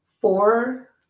four